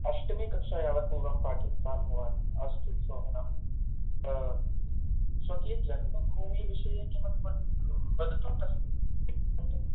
अष्टमीकक्षायावत् पूर्वं पाठितवान् भवान अस्तु शोभनं स्वकीयजन्मभूमिविषये किमपि वदतु